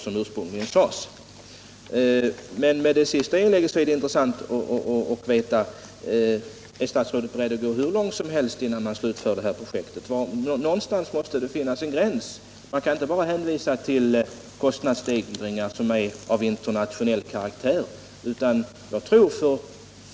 Om hjälpinsatser Men det vore intressant att veta om statsrådet är beredd att gå hur = till förmån för långt som helst innan projektet slutförs. Någonstans måste det finnas — vissa flyktingar en gräns. Man kan inte bara hänvisa till kostnadsstegringar av interfrån västra nationell karaktär.